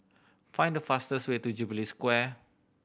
find the fastest way to Jubilee Square